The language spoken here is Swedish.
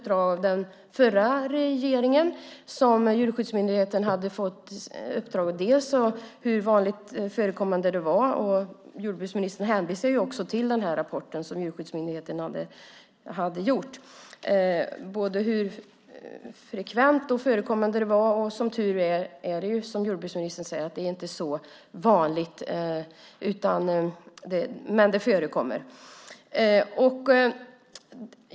Den förra regeringen hade gett Djurskyddsmyndigheten i uppdrag att bland annat se hur vanligt förekommande detta var. Jordbruksministern hänvisar också till den rapport som Djurskyddsmyndigheten har gjort i fråga om hur frekvent det var. Det är som tur är, som jordbruksministern säger, inte så vanligt, men det förekommer.